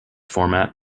format